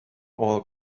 all